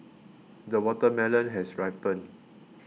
the watermelon has ripened